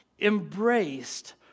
embraced